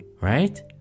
right